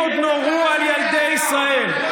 הטילים עוד נורו על ילדי ישראל.